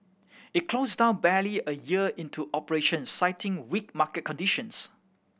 it closed down barely a year into operations citing weak market conditions